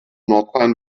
nordrhein